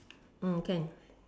mm can